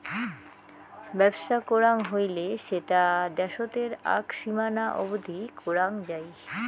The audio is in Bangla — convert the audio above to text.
বেপছা করাং হৈলে সেটা দ্যাশোতের আক সীমানা অবদি করাং যাই